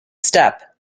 step